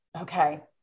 Okay